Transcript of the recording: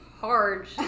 hard